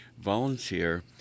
volunteer